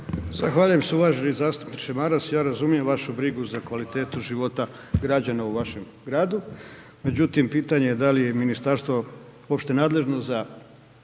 Zahvaljujem se uvaženi zastupniče Maras, ja razumijem vašu brigu za kvalitetu života građana u vašem gradu, međutim pitanje je da li je ministarstvo uopće nadležno za